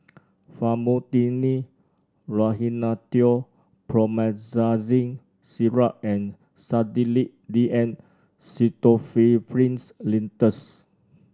Famotidine Rhinathiol Promethazine Syrup and Sedilix D M Pseudoephrine Linctus